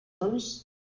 first